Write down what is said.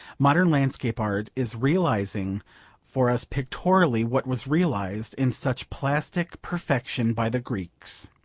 modern landscape art is realising for us pictorially what was realised in such plastic perfection by the greeks.